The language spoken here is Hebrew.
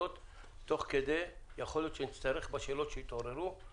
יכול להיות שתוך כדי נצטרך לשאול שאלות שהתעוררו על